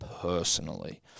personally